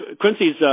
Quincy's